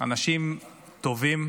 אנשים טובים,